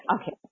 Okay